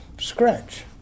scratch